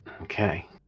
okay